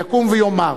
יקום ויאמר.